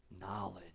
knowledge